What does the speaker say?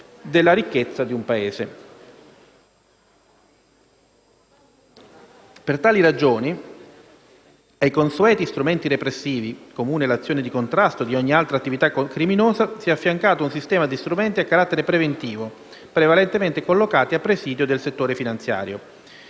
Per tali ragioni, ai consueti strumenti repressivi, comuni all'azione di contrasto di ogni altra attività criminosa, si è affiancato un sistema di strumenti a carattere preventivo, prevalentemente collocati a presidio del settore finanziario.